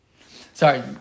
Sorry